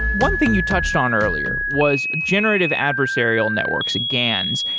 one thing you touched on earlier was generative adversarial networks, gans,